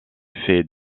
fait